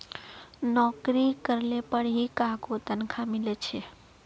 नोकरी करले पर ही काहको तनखा मिले छे